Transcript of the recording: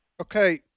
Okay